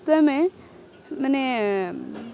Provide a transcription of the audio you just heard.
ତ ଆମେ ମାନେ